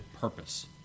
purpose